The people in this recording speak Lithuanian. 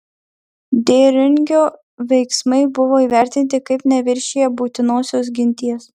dėringio veiksmai buvo įvertinti kaip neviršiję būtinosios ginties